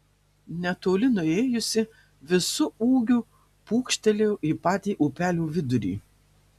netoli nuėjusi visu ūgiu pūkštelėjo į patį upelio vidurį